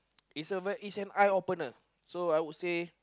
is a ver~ is an eye opener so I would say